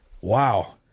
Wow